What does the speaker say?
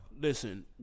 Listen